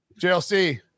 JLC